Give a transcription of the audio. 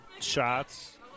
shots